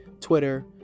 Twitter